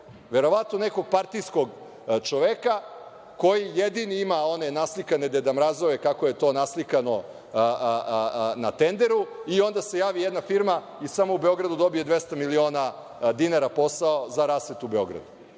verovatno nekog partijskog čoveka koji jedini ima one naslikane deda mrazove kako je to naslikano na tenderu i onda se javi jedna firma i samo u Beogradu dobije 200 miliona dinara posao za rasvetu u Beogradu,